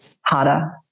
harder